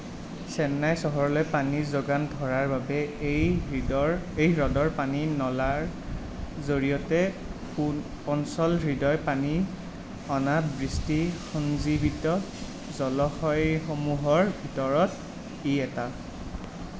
চেন্নাই চহৰলৈ পানী যোগান ধৰাৰ বাবে এই হিদৰ এই হ্ৰদৰ পানী নলাৰ জৰিয়তে পু পঞ্চল হ্ৰদয় পানী অনা বৃষ্টি সঞ্জীৱিত জলাশয়সমূহৰ ভিতৰত ই এটা